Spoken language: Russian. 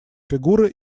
фигура